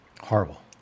horrible